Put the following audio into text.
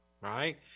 Right